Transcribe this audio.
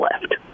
left